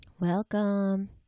welcome